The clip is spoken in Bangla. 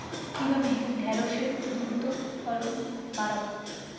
কিভাবে ঢেঁড়সের দ্রুত ফলন বাড়াব?